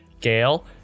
Gail